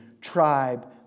tribe